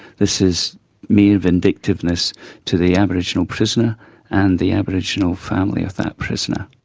this is mere vindictiveness to the aboriginal prisoner and the aboriginal family of that prisoner.